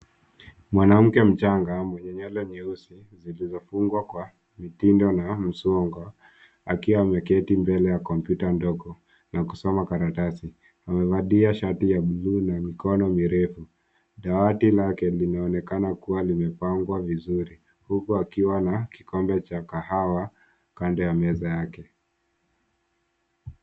Mwanamke mchanga mwenye nywele nyeusi zilizofungwa kwa mitindo na msongo akiwa ameketi mbele ya kompyuta ndogo na kusoma karatasi. Amevalia shati ya bluu la mikono mirefu. Dawati lake linaonekana kuwa limepangwa vizuri huku akiwa na kikombe cha kahawa kando ya meza yake.